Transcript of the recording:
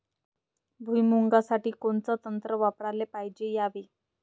भुइमुगा साठी कोनचं तंत्र वापराले पायजे यावे?